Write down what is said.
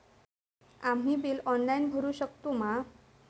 आम्ही bill online भरुक शकतू मा?